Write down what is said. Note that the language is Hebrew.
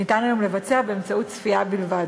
ניתן היום לבצע באמצעות צפייה בלבד.